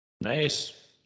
nice